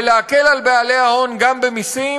ולהקל על בעלי ההון גם במסים,